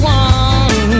one